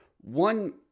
one